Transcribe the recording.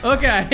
Okay